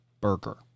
burger